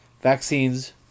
vaccines